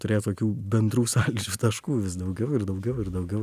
turėt tokių bendrų sąlyčio taškų vis daugiau ir daugiau ir daugiau